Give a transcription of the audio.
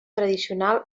tradicional